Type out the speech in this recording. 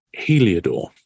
Heliodor